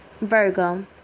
Virgo